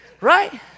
right